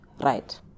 right